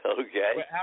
Okay